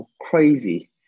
crazy